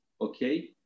Okay